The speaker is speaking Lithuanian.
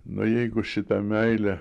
nu jeigu šitą meilę